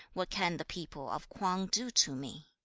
what can the people of k'wang do to me